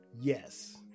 yes